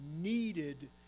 needed